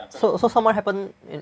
so so so what happen